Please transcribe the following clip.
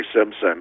Simpson